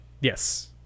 Yes